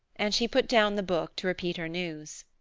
and she put down the book to repeat her news.